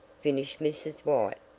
finished mrs. white.